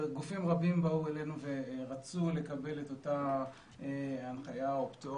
וגופים רבים באו אלינו ורצו לקבל את אותה הנחיה או פטור